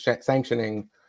sanctioning